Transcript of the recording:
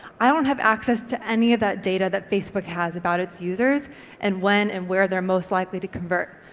i don't have access to any of that data that facebook has about its users and when and where they're most likely to convert.